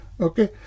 Okay